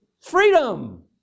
Freedom